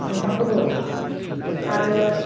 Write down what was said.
मोनथामखौबो आरो